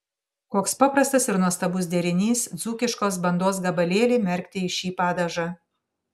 koks paprastas ir nuostabus derinys dzūkiškos bandos gabalėlį merkti į šį padažą